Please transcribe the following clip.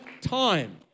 time